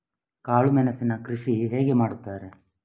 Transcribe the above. ಕಾಳು ಮೆಣಸಿನ ಕೃಷಿ ಹೇಗೆ ಮಾಡುತ್ತಾರೆ?